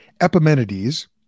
Epimenides